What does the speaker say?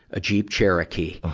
a jeep cherokee.